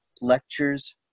lectures